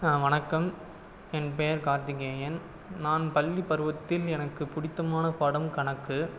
வணக்கம் என் பெயர் கார்த்திகேயன் நான் பள்ளி பருவத்தில் எனக்கு பிடித்தமான பாடம் கணக்கு